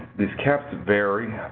these caps vary.